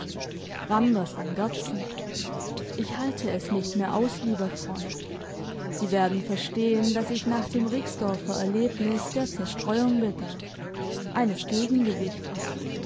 randers an gerdsen ich halte es nicht mehr aus lieber freund sie werden verstehen dass ich nach dem rixdorfer erlebnis der zerstreuung bedarf eines gegengewichtes